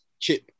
chip